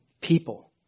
people